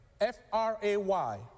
F-R-A-Y